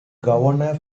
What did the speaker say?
governor